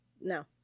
No